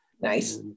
Nice